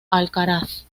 alcaraz